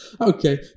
okay